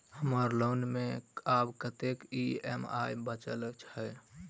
हम्मर लोन मे आब कैत ई.एम.आई बचल ह?